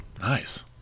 nice